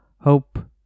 Hope